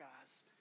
guys